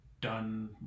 done